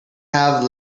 have